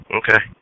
okay